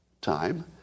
time